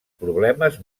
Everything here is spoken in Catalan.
problemes